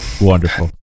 Wonderful